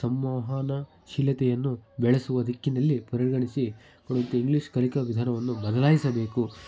ಸಂವಹನಶೀಲತೆಯನ್ನು ಬೆಳೆಸುವ ದಿಕ್ಕಿನಲ್ಲಿ ಪರಿಗಣಿಸಿ ಇಂಗ್ಲೀಷ್ ಕಲಿಕಾ ವಿಧಾನವನ್ನು ಬದಲಾಯಿಸಬೇಕು